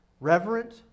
reverent